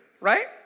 right